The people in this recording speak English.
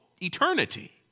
eternity